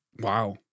wow